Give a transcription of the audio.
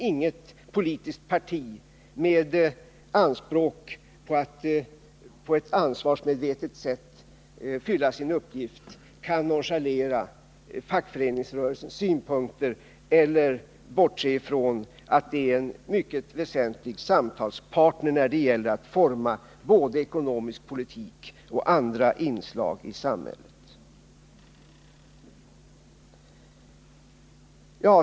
Inget politiskt parti med anspråk på att på ett ansvarsmedvetet sätt fylla sin uppgift kan nonchalera fackföreningsrörelsens synpunkter eller bortse från att den är en mycket väsentlig samtalspartner när det gäller att forma både ekonomisk politik och andra inslag i samhället.